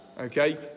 Okay